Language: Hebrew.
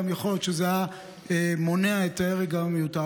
יכול להיות שזה היה מונע את ההרג המיותר.